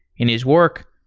in his work,